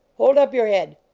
hold up your head!